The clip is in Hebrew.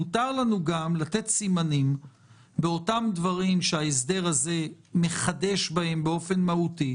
מותר לנו גם לתת סימנים באותם דברים שההסדר הזה מחדש בהם באופן מהותי,